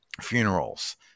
funerals